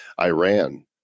Iran